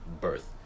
birth